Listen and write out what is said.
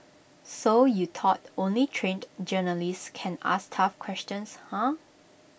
so you thought only trained journalists can ask tough questions huh